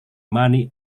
money